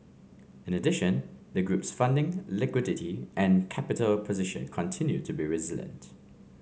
in addition the group's funding liquidity and capital position continued to be resilient